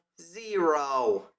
Zero